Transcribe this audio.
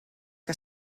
que